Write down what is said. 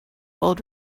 old